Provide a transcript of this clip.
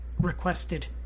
requested